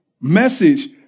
message